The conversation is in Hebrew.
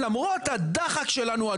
למרות הדחק שלנו,